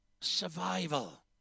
survival